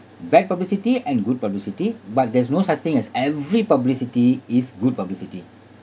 bad publicity and good publicity but there's no such thing as every publicity is good publicity